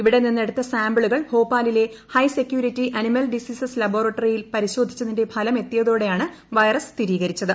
ഇവിടെ നിന്ന് എടുത്ത സാമ്പിളുകൾ ഭോപ്പാലിലെ ഹൈ സെക്യൂരിറ്റി അനിമൽ ഡിസീസസ് ലബോറട്ടറിയിൽ പരിശോധിച്ചതിന്റെ ഫലം എത്തിയതോടെയാണ് വൈറസ് സ്ഥിരീകരിച്ചത്